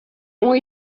ont